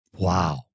Wow